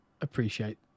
appreciate